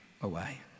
away